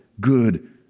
good